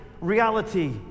reality